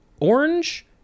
orange